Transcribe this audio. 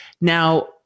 Now